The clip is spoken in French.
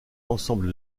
ensemble